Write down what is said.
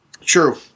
True